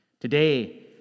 Today